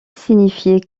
signifiait